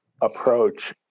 approach